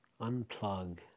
unplug